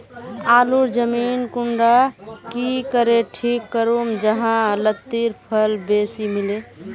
आलूर जमीन कुंडा की करे ठीक करूम जाहा लात्तिर फल बेसी मिले?